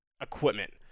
equipment